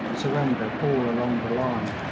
surrendered all along the line.